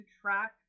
track